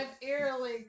eerily